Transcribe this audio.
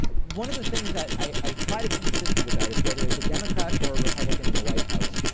one of the things that i try to be consistent about is whether it's a democrat or a republican in the white house,